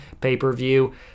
pay-per-view